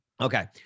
Okay